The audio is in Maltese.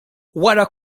wara